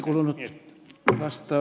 arvoisa puhemies